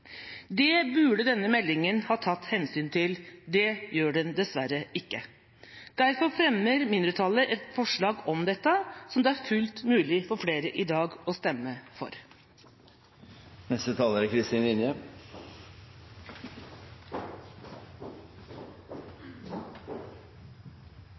Det burde denne meldingen ha tatt hensyn til. Det gjør den dessverre ikke. Derfor fremmer mindretallet et forslag om dette, som det er fullt mulig for flere i dag å stemme for. Jeg vil innlede med å reflektere over hvorfor denne strukturendringen i universitets- og høyskolesektoren er